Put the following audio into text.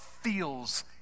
feels